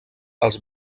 els